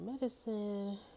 medicine